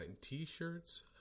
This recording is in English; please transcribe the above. t-shirts